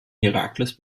herakles